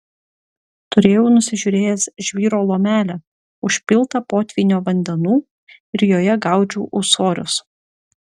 turėjau nusižiūrėjęs žvyro lomelę užpiltą potvynio vandenų ir joje gaudžiau ūsorius